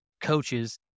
coaches